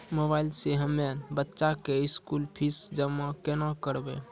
Mobile से हम्मय बच्चा के स्कूल फीस जमा केना करबै?